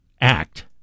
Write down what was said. act